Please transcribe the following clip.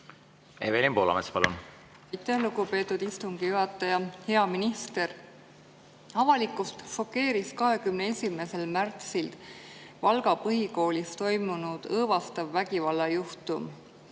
Evelin Poolamets, palun!